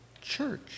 church